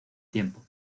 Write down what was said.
tiempo